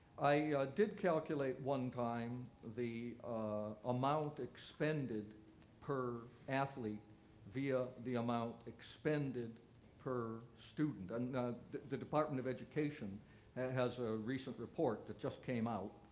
i did calculate one time the amount expended per athlete via the amount expended per student. and the department of education has a recent report that just came out,